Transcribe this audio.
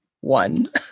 One